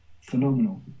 phenomenal